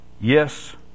Yes